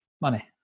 Money